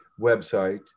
website